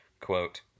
quote